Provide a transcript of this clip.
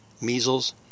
measles